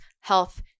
health